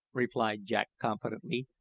replied jack confidently.